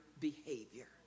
behavior